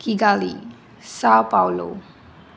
Kigali Sao Paulo